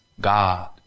God